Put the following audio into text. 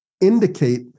indicate